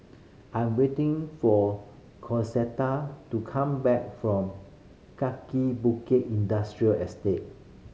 I'm waiting for Concetta to come back from Kaki Bukit Industrial Estate